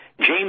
James